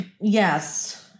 Yes